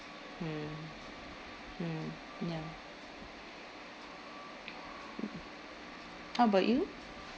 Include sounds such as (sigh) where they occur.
mm mm ya (noise) how about you